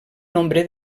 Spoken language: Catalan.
nombre